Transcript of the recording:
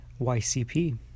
YCP